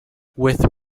with